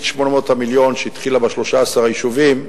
800 המיליון שהתחילה ב-13 היישובים,